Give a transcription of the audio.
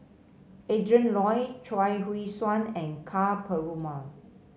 Adrin Loi Chuang Hui Tsuan and Ka Perumal